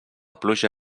pluja